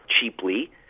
cheaply